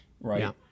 Right